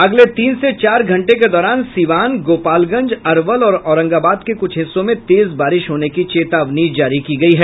अगले तीन से चार घंटे के दौरान सीवान गोपालगंज अरवल और औरंगाबाद के कुछ हिस्सों में तेज बारिश होने की चेतावनी जारी की गयी है